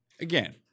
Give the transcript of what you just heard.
Again